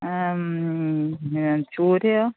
ചൂരയോ